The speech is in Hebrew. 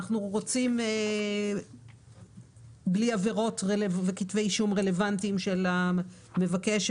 אנחנו רוצים בלי עבירות וכתבי אישום רלוונטיים של המבקש,